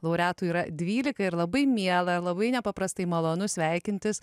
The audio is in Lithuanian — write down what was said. laureatų yra dvylika ir labai miela labai nepaprastai malonu sveikintis